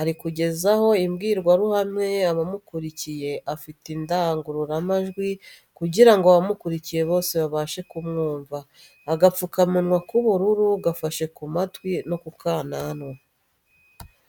ari kugezaho imbwirwaruhame abamukurikiye afite indangururamajwi kugira ngo abamukurikiye bose babashe kumwumva, agapfukamunwa k'ubururu gafashe ku matwi no ku kananwa.